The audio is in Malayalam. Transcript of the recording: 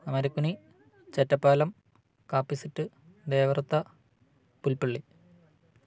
മരക്കുണി ചേറ്റപ്പാലം കാപ്പിസിട്ട് ദേവർത്ത പുൽപ്പള്ളി